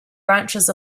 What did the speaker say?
branches